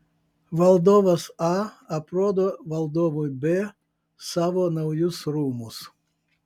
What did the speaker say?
valdovas a aprodo valdovui b savo naujus rūmus